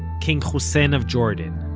king hussein of jordan